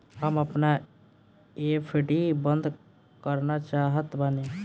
हम आपन एफ.डी बंद करना चाहत बानी